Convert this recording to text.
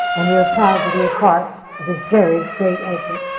and we are proud to be a part of this very great effort.